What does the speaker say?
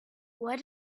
where